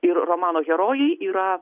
ir romano herojai yra